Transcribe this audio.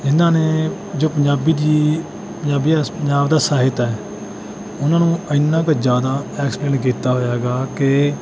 ਇਨ੍ਹਾਂ ਨੇ ਜੋ ਪੰਜਾਬੀ ਦੀ ਪੰਜਾਬੀ ਅਸ ਪੰਜਾਬ ਦਾ ਸਾਹਿਤ ਹੈ ਉਹਨਾਂ ਨੂੰ ਐਨਾ ਕੁ ਜ਼ਿਆਦਾ ਐਕਸਪਲੇਨ ਕੀਤਾ ਹੋਇਆ ਹੈਗਾ ਕਿ